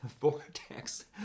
Vortex